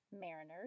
mariners